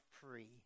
free